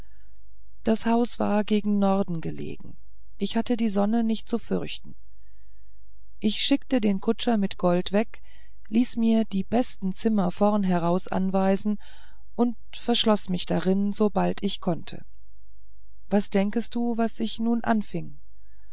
das haus war gegen norden gelegen ich hatte die sonne nicht zu fürchten ich schickte den kutscher mit gold weg ließ mir die besten zimmer vorn heraus anweisen und verschloß mich darin sobald ich konnte was denkest du das ich nun anfing